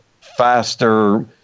faster